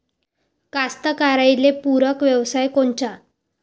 कास्तकाराइले पूरक व्यवसाय कोनचा?